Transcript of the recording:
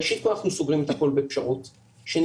ראשית אנחנו סוגרים את הכול בפשרות; שנית,